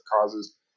causes